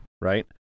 right